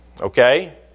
Okay